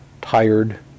tired